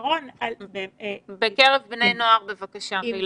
בקרב בני נוער, בבקשה.